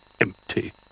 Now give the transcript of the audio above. empty